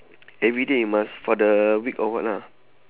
everyday you must for the week or what lah